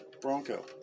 Bronco